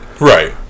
Right